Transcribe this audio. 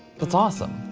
that's awesome.